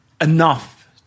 enough